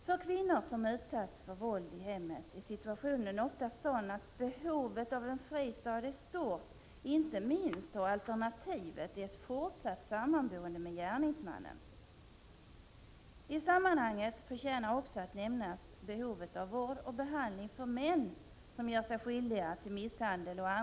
För kvinnor som utsatts för våld i hemmet är situationen ofta sådan att behovet av en fristad är stort, inte minst då alternativet är ett fortsatt sammanboende med gärningsmannen. I sammanhanget förtjänar också att nämnas behovet av vård och behand kvinnor.